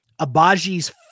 Abaji's